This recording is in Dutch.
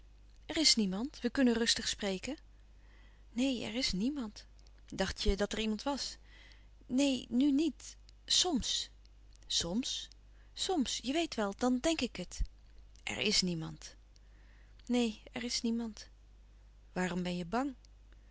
er is niemand we kunnen rustig spreken neen er is niemand dacht je dat er iemand was neen nu niet soms soms soms je weet wel dan denk ik het er is niemand neen er is niemand waarom ben je bang